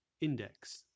Index